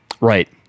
Right